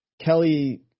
Kelly